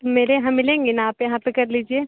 मेरे यहाँ मिलेंगी ना आप यहाँ पर कर लीजिए